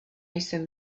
jsem